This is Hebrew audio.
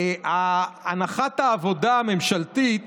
הנחת העבודה הממשלתית